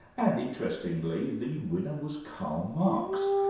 and interestingly, the winner was karl marx.